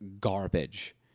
garbage